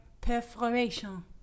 Perforation